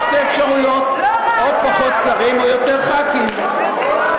יש שתי אפשרויות: או פחות שרים או יותר חברי כנסת.